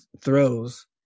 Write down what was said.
throws